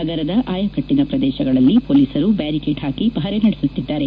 ನಗರದ ಆಯಕಟ್ಟಿನ ಪ್ರದೇಶಗಳಲ್ಲಿ ಪೊಲೀಸರು ಬ್ವಾರಿಕೇಡ್ ಹಾಕಿ ಪಹರೆ ನಡೆಸುತ್ತಿದ್ದಾರೆ